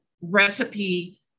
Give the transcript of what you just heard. recipe